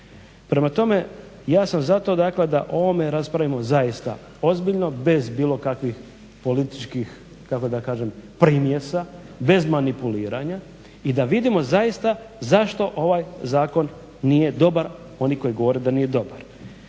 Prema tome ja sam za to dakle da o ovome raspravimo zaista ozbiljno, bez bilo kakvih političkih kako da kažem primjesa, bez manipuliranja i da vidimo zaista zašto ovaj zakon nije dobar, oni koji govore da nije dobar.